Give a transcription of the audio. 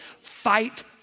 fight